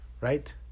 right